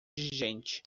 gente